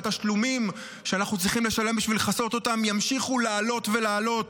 שהתשלומים שאנחנו צריכים לשלם בשביל לכסות אותן ימשיכו לעלות ולעלות,